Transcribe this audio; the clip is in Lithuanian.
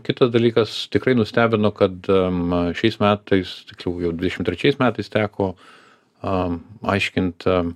kitas dalykas tikrai nustebino kad šiais metais tikslau jau dvidešimt trečiais metais teko aiškint